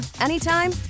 anytime